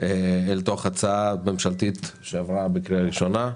להצעה הממשלתית שעברה בקריאה ראשונה.